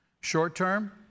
Short-term